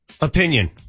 Opinion